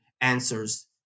answers